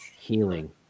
healing